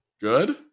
good